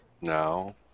No